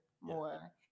more